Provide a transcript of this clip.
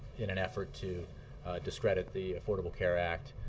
in an effort to discredit the affordable care act.